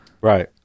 Right